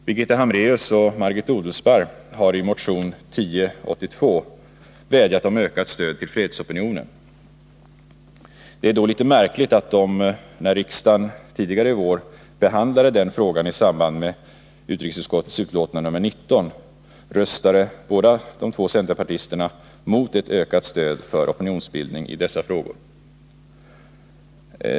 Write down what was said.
Birgitta Hambraeus och Margit Odelsparr har i motion 1082 vädjat om ökat stöd till fredsopinionen. Det är då litet märkligt att dessa båda centerpartister när riksdagen tidigare i vår behandlade den frågan i samband med utrikesutskottets betänkande nr 19 röstade mot ett ökat stöd för opinionsbildning i dessa frågor.